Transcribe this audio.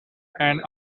and